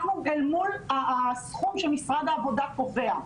אנחנו אל מול הסכום שמשרד העבודה קובע.